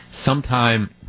sometime